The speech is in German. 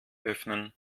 öffnen